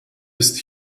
ist